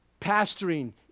pastoring